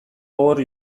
gogor